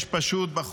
(הוראת שעה,